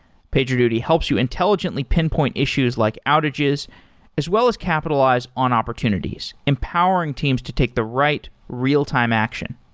pagerduty helps you intelligently pinpoint issues like outages as well as capitalize on opportunities empowering teams to take the right real-time action.